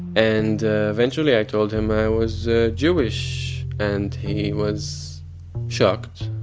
and eventually i told him i was ah jewish. and he was shocked.